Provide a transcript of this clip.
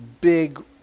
big